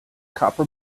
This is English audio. copper